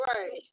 Right